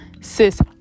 sis